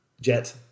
Jet